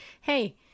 Hey